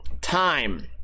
time